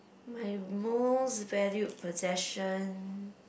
my most valued possession